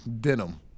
Denim